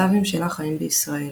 הסבים שלה חיים בישראל.